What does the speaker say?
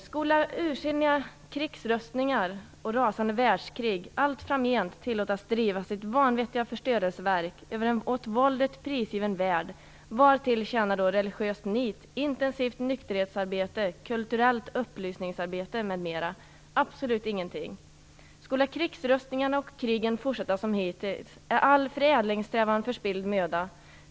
"Skola ursinniga krigsutrustningar och rasande världskrig allt framgent tillåtas driva sitt vanvettiga förstörelseverk över en åt våldet prisgiven värld, vartill tjänar då religiöst nit, intensivt nykterhetsarbete, kulturellt upplysningsarbete m.m.? Absolut ingenting. Skola krigsrustningarna och krigen fortsätta som hittills, är all förädlingssträvan förspilld möda.